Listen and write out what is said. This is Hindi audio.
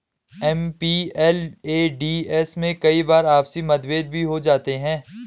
एम.पी.एल.ए.डी.एस में कई बार आपसी मतभेद भी हो जाते हैं